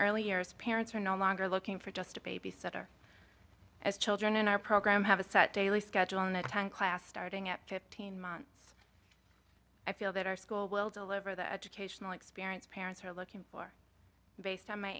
early years parents are no longer looking for just a baby sitter as children in our program have a set daily schedule in a tank class starting at fifteen months i feel that our school will deliver the educational experience parents are looking for based on my